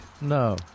No